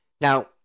now